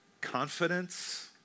confidence